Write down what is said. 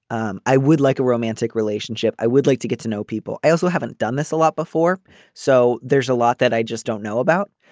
um i would like a romantic relationship. i would like to get to know people. i also haven't done this a lot before so there's a lot that i just don't know about.